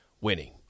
winning